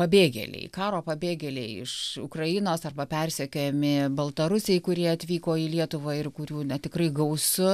pabėgėliai karo pabėgėliai iš ukrainos arba persekiojami baltarusiai kurie atvyko į lietuvą ir kurių na tikrai gausu